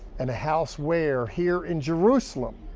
and a house where? here in jerusalem,